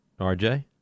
RJ